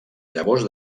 llavors